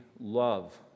love